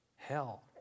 hell